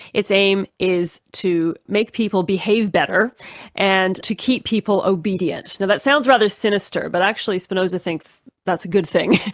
its aim is to make people behave better and to keep people obedient. you know that sounds rather sinister, but actually spinoza thinks that's good thing.